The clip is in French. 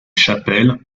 chapelles